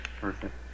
Perfect